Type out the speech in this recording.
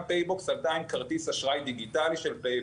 גם "פייבוקס" עלתה עם כרטיס אשראי דיגיטלי של "פייבוקס".